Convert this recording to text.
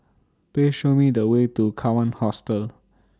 Please Show Me The Way to Kawan Hostel